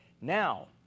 now